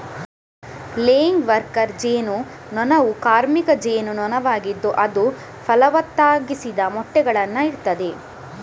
laying worker ಜೇನು ನೊಣವು ಕಾರ್ಮಿಕ ಜೇನು ನೊಣವಾಗಿದ್ದು ಅದು ಫಲವತ್ತಾಗಿಸದ ಮೊಟ್ಟೆಗಳನ್ನ ಇಡ್ತದೆ